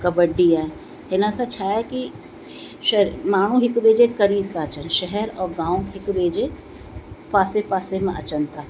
कॿडी आहे हिन सां छा आहे की श माण्हू हिक ॿिए जे क़रीब था अचनि शहरु औरि गाम हिक ॿिए जे पासे पासे में अचनि था